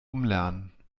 umlernen